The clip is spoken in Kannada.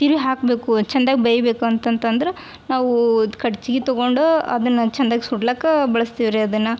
ತಿರಿವಿ ಹಾಕಬೇಕು ಚಂದಗೆ ಬೇಯಬೇಕು ಅಂತಂತಂದ್ರೆ ನಾವು ಕಡ್ಚಿಗೆ ತಗೊಂಡು ಅದನ್ನು ಚಂದಗೆ ಸುಡ್ಲಿಕ್ಕ ಬಳ್ಸ್ತೀವಿ ರೀ ಅದನ್ನು